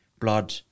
blood